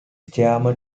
chairman